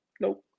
nope